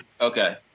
okay